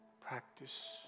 Practice